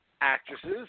actresses